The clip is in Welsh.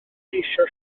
geisio